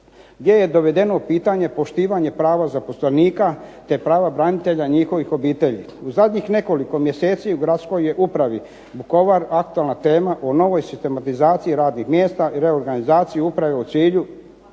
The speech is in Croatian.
gdje je dovedeno u pitanje poštivanje prava zaposlenika, te prava branitelja i njihovih obitelji. U zadnjih nekoliko mjeseci u gradskoj je upravi Vukovar aktualna tema o novoj sistematizaciji radnih mjesta i reorganizaciji uprave u cilju